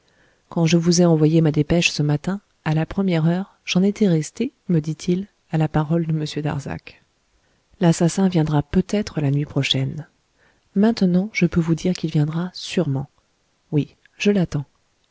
quand je vous ai envoyé ma dépêche ce matin à la première heure j'en étais resté me dit-il à la parole de m darzac l'assassin viendra peut-être la nuit prochaine maintenant je peux vous dire qu'il viendra sûrement oui je l'attends